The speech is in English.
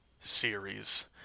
series